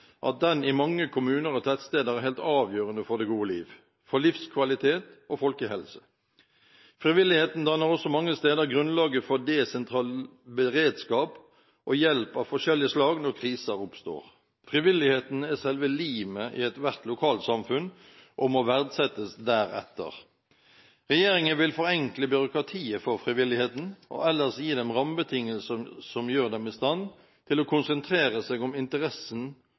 at den i mange kommuner og tettsteder er helt avgjørende for det gode liv, for livskvalitet og folkehelse. Frivilligheten danner også mange steder grunnlaget for desentral beredskap og hjelp av forskjellig slag når kriser oppstår. Frivilligheten er selve limet i ethvert lokalsamfunn og må verdsettes deretter. Regjeringen vil forenkle byråkratiet for frivilligheten og ellers gi den rammebetingelser som gjør den i stand til å konsentrere seg om interessen